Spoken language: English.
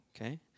okay